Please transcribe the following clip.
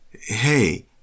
hey